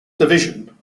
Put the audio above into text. division